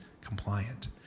compliant